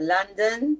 London